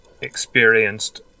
experienced